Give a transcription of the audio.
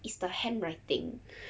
is the handwriting